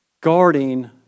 Guarding